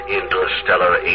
interstellar